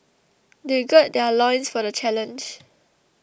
they gird their loins for the challenge